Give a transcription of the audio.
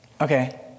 Okay